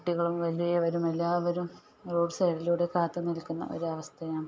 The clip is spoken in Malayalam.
കുട്ടികളും വലിയവരും എല്ലാവരും റോഡ് സൈഡിലൂടെ കാത്തുനിൽക്കുന്ന ഒരവസ്ഥയാണ്